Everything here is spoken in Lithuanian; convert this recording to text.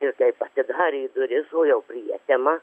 ir kaip atidarė duris o jau prietema